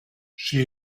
she